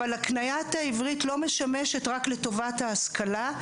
אבל הקניית העברית לא משמשת רק לטובת ההשכלה,